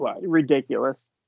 ridiculous